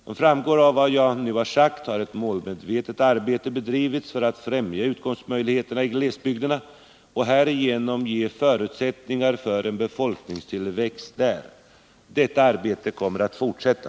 Som framgår av vad jag nu har sagt har ett målmedvetet arbete bedrivits för att främja utkomstmöjligheterna i glesbygderna och härigenom ge förutsättningar för en befolkningstillväxt där. Detta arbete kommer att fortsätta.